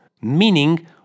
Meaning